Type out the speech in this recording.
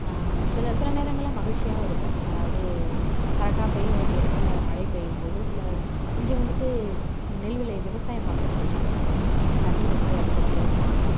சில சில நேரங்களில் மகிழ்ச்சியாகவும் இருக்கும் அதாவது கரெக்டாக பெய்ய வேண்டிய இடத்துல மழை பெய்யும் போது சில இங்கே வந்துட்டு நெல் விளை விவசாயம் பார்க்குற பகுதிங்கிறதுனால தண்ணீரை வந்து அதிக அளவு விரும்பறாங்க